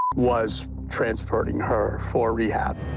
was transporting her for rehab.